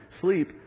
sleep